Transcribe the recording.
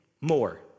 more